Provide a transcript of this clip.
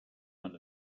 man